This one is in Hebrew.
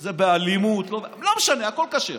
זה באלימות, לא משנה, הכול כשר.